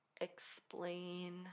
explain